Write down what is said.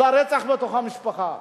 והרצח בתוך המשפחה.